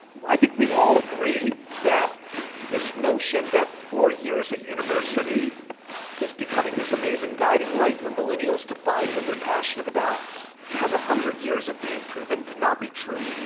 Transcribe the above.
i think we all agree that this notion that four years at university is becoming this amazing guiding light for millennials to find what they're passionate about has one hundred years of being proven to not be true.